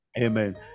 Amen